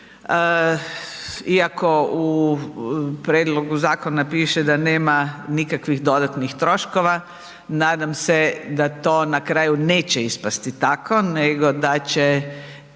Iako u prijedlogu zakona piše da nema nikakvih dodatnih troškova, nadam se da to na kraju neće ispasti tako nego da će